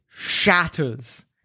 shatters